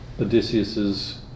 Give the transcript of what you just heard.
Odysseus's